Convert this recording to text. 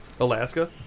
Alaska